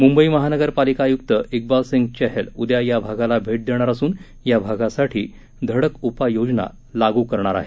मुंबई महानगरपालिका आयुक्त िकबाल सिंग चहल उद्या या भागाला भेट देणार असून या भागासाठी धडक उपाययोजना लागू करणार आहेत